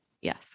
Yes